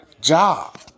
job